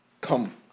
come